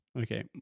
Okay